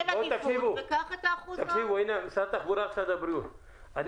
משרד התחבורה ומשרד הבריאות,